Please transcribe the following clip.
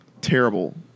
terrible